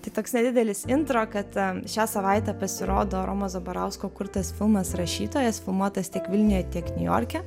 tai toks nedidelis intro kad šią savaitę pasirodo romo zabarausko kurtas filmas rašytojas filmuotas tiek vilniuje tiek niujorke